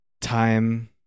Time